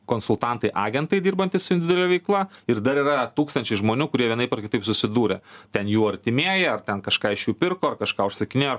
konsultantai agentai dirbantys su individualia veikla ir dar yra tūkstančiai žmonių kurie vienaip ar kitaip susidūrę ten jų artimieji ar ten kažką iš jų pirko ar kažką užsakinėjo